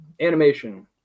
animation